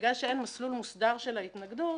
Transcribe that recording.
בגלל שאין מסלול מוסדר של ההתנגדות,